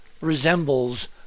resembles